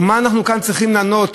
או מה אנחנו כאן צריכים לענות,